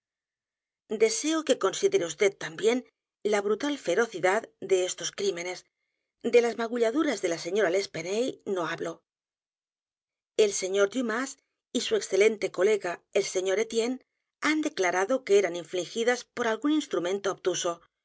deseo que considere vd también la brutal ferocidad de estos crímenes de las magulladuras de la señora l'espanaye no hablo el s r dumas y su excelente colega el sr etienne han declarado que eran infligidas por algún instrumento obtuso